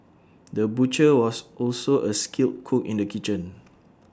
the butcher was also A skilled cook in the kitchen